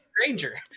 stranger